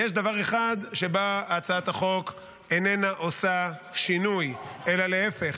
ויש דבר אחד שבו הצעת החוק איננה עושה שינוי אלא להפך,